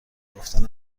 گفتن